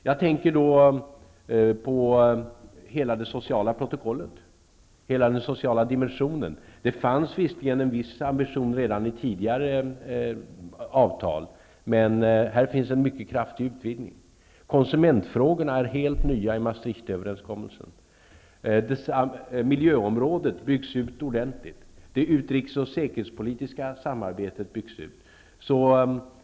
Jag tänker på hela den sociala dimensionen. Det fanns visserligen en viss ambition redan i tidigare avtal, men här görs en mycket kraftig utvidgning. Konsumentfrågorna är helt nya i Maastrichtöverenskommelsen. Miljöområdet byggs ut ordentligt. Det utrikes och säkerhetspolitiska samarbetet byggs ut.